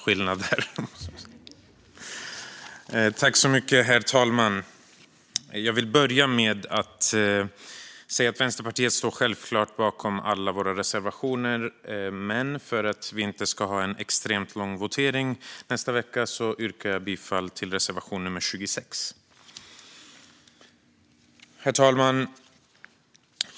Herr talman! Jag vill börja med att säga att Vänsterpartiet självklart står bakom alla våra reservationer, men för att vi inte ska få en extremt lång votering i nästa vecka yrkar jag bifall endast till reservation 26. Herr talman!